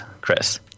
Chris